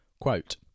Quote